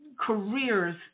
careers